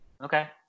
Okay